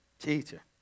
Teacher